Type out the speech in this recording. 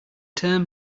term